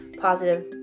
positive